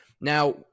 Now